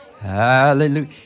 Hallelujah